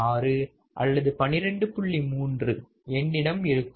3 என்னிடம் இருக்கும்